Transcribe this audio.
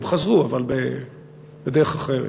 הם חזרו, אבל בדרך אחרת.